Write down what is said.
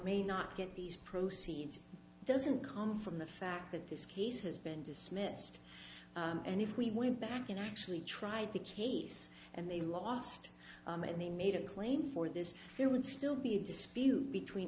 may not get these proceeds doesn't come from the fact that this case has been dismissed and if we went back and actually tried the case and they lost and they made a claim for this there would still be a dispute between